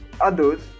others